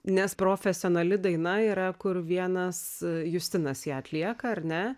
nes profesionali daina yra kur vienas justinas ją atlieka ar ne